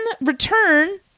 return